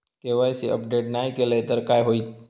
KYC update नाय केलय तर काय होईत?